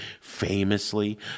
Famously